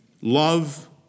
love